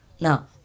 Now